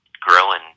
growing